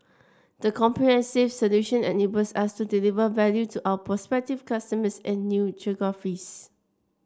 the comprehensive solution enables us to deliver value to our prospective customers in new geographies